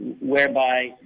whereby